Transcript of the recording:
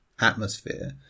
atmosphere